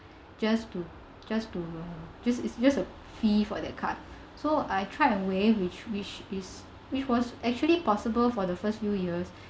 just to just to just it's just a fee for that card so I tried and waive which which is which was actually possible for the first few years